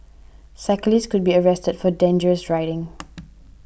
cyclist could be arrested for dangerous riding